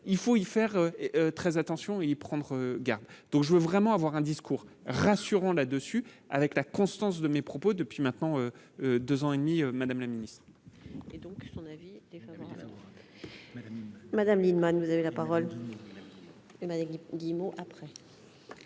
il faut y faire très attention et prendre garde, donc je veux vraiment avoir un discours rassurant là-dessus avec la constance de mes propos depuis maintenant 2 ans et demi madame la Ministre.